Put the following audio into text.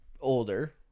older